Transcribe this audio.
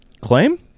Claim